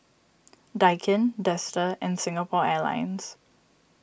Daikin Dester and Singapore Airlines